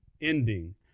ending